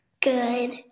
good